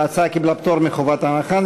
ההצעה קיבלה פטור מחובת ההנחה.